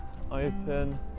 open